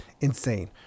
insane